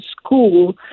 school